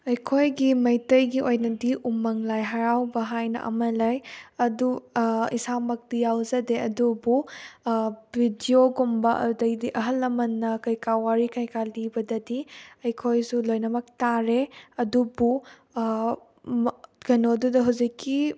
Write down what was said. ꯑꯩꯈꯣꯏꯒꯤ ꯃꯩꯇꯩꯒꯤ ꯑꯣꯏꯅꯗꯤ ꯎꯃꯪ ꯂꯥꯏ ꯍꯔꯥꯎꯕ ꯍꯥꯏꯅ ꯑꯃ ꯂꯩ ꯑꯗꯨ ꯏꯁꯥꯃꯛꯇꯤ ꯌꯥꯎꯖꯗꯦ ꯑꯗꯨꯕꯨ ꯚꯤꯗꯤꯑꯣꯒꯨꯝꯕ ꯑꯗꯨꯗꯩꯗꯤ ꯑꯍꯜ ꯂꯃꯜꯅ ꯀꯩꯀꯥ ꯋꯥꯔꯤ ꯀꯩꯀꯥ ꯂꯤꯕꯗꯗꯤ ꯑꯩꯈꯣꯏꯁꯨ ꯂꯣꯏꯅꯃꯛ ꯇꯥꯔꯦ ꯑꯗꯨꯕꯨ ꯀꯩꯅꯣꯗꯨꯗ ꯍꯧꯖꯤꯛꯀꯤ